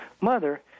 mother